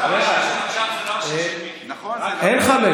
על דעת כולם.